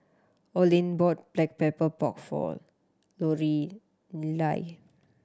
Olin bought Black Pepper Pork for Lorelei